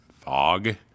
fog